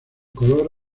color